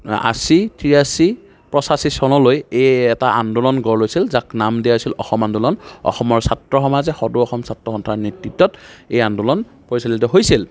আশী তিৰাশী পঁচাশী চনলৈ এই এটা আন্দোলন গঢ় লৈছিল যাক নাম দিয়া হৈছিল অসম আন্দোলন অসমৰ ছাত্ৰ সমাজে সদৌ অসম ছাত্ৰ সন্থাৰ নেতৃত্বত এই আন্দোলন পৰিচালিত হৈছিল